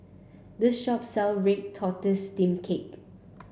this shop sell Red Tortoise Steamed Cake